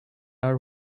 our